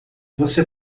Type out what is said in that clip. você